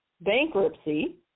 bankruptcy